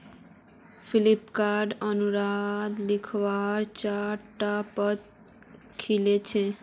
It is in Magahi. फ्लिपकार्टत अनुसंधान लेखाकारेर चार टा पद खाली छ